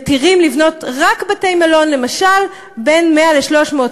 מתירים לבנות בהם רק בתי-מלון.